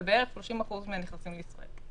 אבל בערך 30% מהנכנסים לישראל.